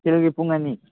ꯅꯨꯡꯊꯤꯜꯒꯤ ꯄꯨꯡ ꯑꯅꯤ